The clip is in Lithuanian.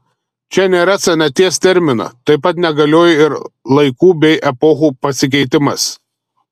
čia nėra senaties termino taip pat negalioja ir laikų bei epochų pasikeitimas